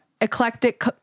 eclectic